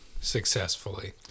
successfully